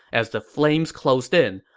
as the flames closed in,